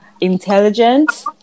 intelligent